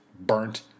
burnt